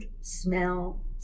smell